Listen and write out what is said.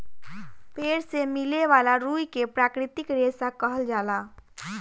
पेड़ से मिले वाला रुई के प्राकृतिक रेशा कहल जाला